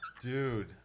Dude